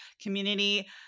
community